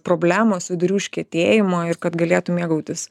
problemos vidurių užkietėjimo ir kad galėtų mėgautis